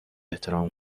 احترام